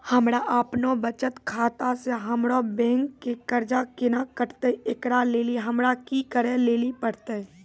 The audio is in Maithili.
हमरा आपनौ बचत खाता से हमरौ बैंक के कर्जा केना कटतै ऐकरा लेली हमरा कि करै लेली परतै?